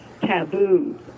taboo